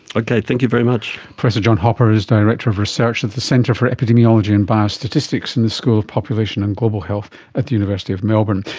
okay, thank you very much. professor john hopper is director of research at the centre for epidemiology and biostatistics in the school of population and global health at the university of melbourne.